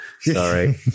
sorry